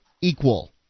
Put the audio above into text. equal